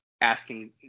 asking